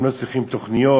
הם לא צריכים תוכניות.